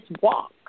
walk